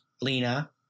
lena